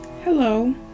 Hello